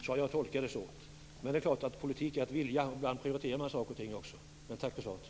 Fru talman! Tack för ett positivt svar. Jag tolkar det så. Men politik är att vilja, och ibland prioriterar man saker och ting olika. Tack för svaret.